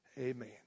Amen